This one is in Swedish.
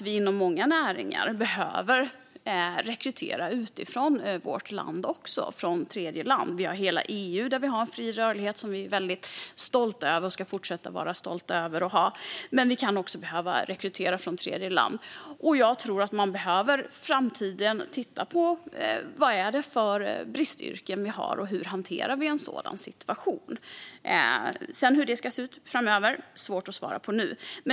Inom många näringar behöver vi också rekrytera utanför vårt land. Vi har hela EU med en fri rörlighet som vi är väldigt stolta över och ska fortsätta att vara stolta över. Men vi kan också behöva rekrytera från tredjeland. Jag tror att man i framtiden behöver titta på vilka bristyrken vi har och hur vi hanterar en sådan situation. Hur det sedan ska se ut framöver är svårt att svara på nu.